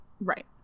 Right